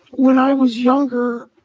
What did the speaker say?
when i was younger,